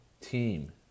team